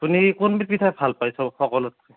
আপুনি কোনবিধ পিঠা ভাল পায় সৱ সকলোতকে